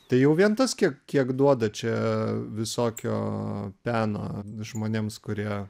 tai jau vien tas kiek kiek duoda čia visokio peno žmonėms kurie